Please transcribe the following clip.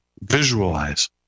visualize